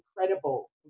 incredible